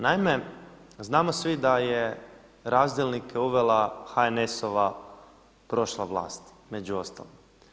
Naime, znamo svi da je razdjelnike uvela HNS-ova prošla vlast među ostalim.